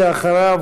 ואחריו,